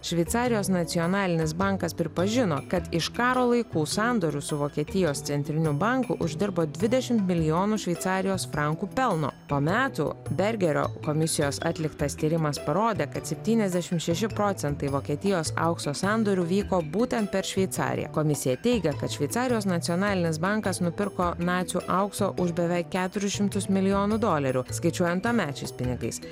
šveicarijos nacionalinis bankas pripažino kad iš karo laikų sandorių su vokietijos centriniu banku uždirbo dvidešimt milijonų šveicarijos frankų pelno po metų bergerio komisijos atliktas tyrimas parodė kad septyniasdešim šeši procentai vokietijos aukso sandorių vyko būtent per šveicariją komisija teigia kad šveicarijos nacionalinis bankas nupirko nacių aukso už beveik keturis šimtus milijonų dolerių skaičiuojant tuomečiais pinigais